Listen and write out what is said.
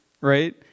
Right